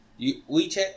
WeChat